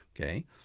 okay